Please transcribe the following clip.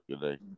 today